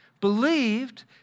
believed